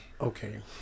Okay